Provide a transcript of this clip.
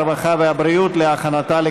הרווחה והבריאות נתקבלה.